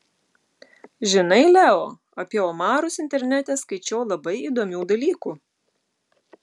žinai leo apie omarus internete skaičiau labai įdomių dalykų